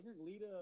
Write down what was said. Lita